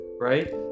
Right